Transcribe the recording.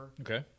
Okay